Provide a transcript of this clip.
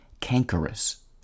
cankerous